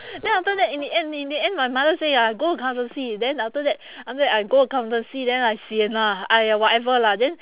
then after that in the end in the end my mother say ah go accountancy then after that after that I go accountancy then I sian ah !aiya! whatever lah then